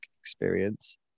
experience